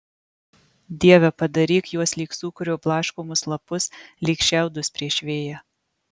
dieve padaryk juos lyg sūkurio blaškomus lapus lyg šiaudus prieš vėją